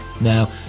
Now